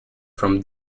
from